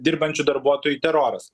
dirbančių darbuotojų teroras